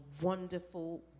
wonderful